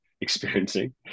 experiencing